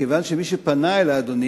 מכיוון שמי שפנה אלי,